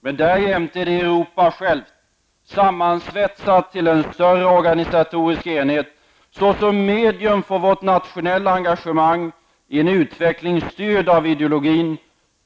Men därjämte är det Europa självt, sammansvetsat till större organisatorisk enhet, såsom medium för vårt nationella engagemang i en utveckling styrd av ideologin,